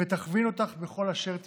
ותכווין אותך בכל אשר תפני.